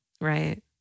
Right